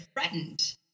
threatened